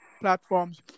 platforms